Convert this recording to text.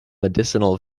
medicinal